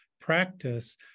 practice